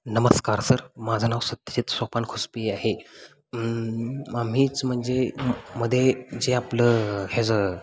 नमस्कार सर माझं नाव सत्यजित सोपान खुसपे आहे आम्हीच म्हणजे मध्ये जे आपलं ह्याचं